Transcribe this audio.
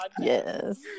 Yes